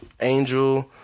Angel